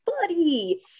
buddy